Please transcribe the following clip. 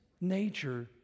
nature